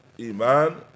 Iman